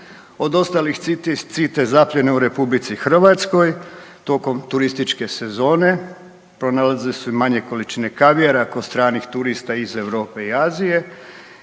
od ostalih CITES zapljena u Republici Hrvatskoj tokom turističke sezone pronalazili su i manje količine kavijara kod stranih turista iz Europe i Azije